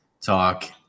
talk